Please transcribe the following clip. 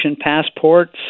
passports